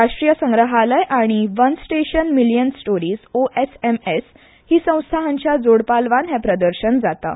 राष्ट्रीय संग्रहालय आनी वन स्टेशन मिलियन स्टोरीस ही संस्था हांच्या जोड पालवान हें प्रदर्शन जाता